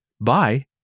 Bye